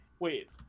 Wait